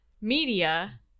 media